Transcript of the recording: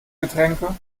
getränke